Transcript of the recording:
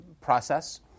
process